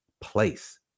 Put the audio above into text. place